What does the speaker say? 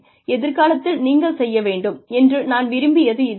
எதிர்காலத்தில் நீங்கள் செய்ய வேண்டும் என்று நான் விரும்பியது இது தான்